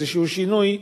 איזשהו שינוי,